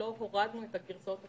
לא הורדנו את הגרסאות הקודמות,